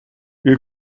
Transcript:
эки